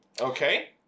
Okay